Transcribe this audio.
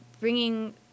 bringing